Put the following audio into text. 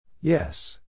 Yes